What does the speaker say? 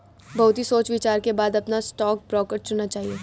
बहुत ही सोच विचार के बाद अपना स्टॉक ब्रोकर चुनना चाहिए